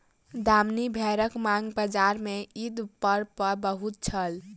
दामनी भेड़क मांग बजार में ईद पर्व पर बहुत छल